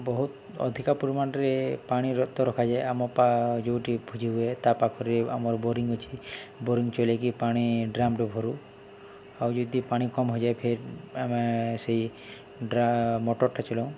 ବହୁତ ଅଧିକା ପରିମାଣରେ ପାଣି ରତ ରଖାଯାଏ ଆମ ଯେଉଁଠି ଭୋଜି ହୁଏ ତା' ପାଖରେ ଆମର ବୋରିଙ୍ଗ ଅଛି ବୋରିଙ୍ଗ ଚଲାଇକି ପାଣି ଡ୍ରମ୍ରେ ଭରୁ ଆଉ ଯଦି ପାଣି କମ ହୋଇଯାଏ ଫେର୍ ଆମେ ସେଇ ମୋଟର୍ଟା ଚଲାଉ